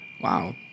wow